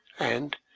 and,